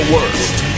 Worst